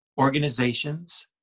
organizations